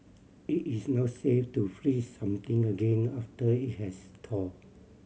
it is not safe to freeze something again after it has thawed